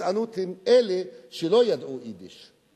הגזענות היא נגד אלה שלא ידעו יידיש.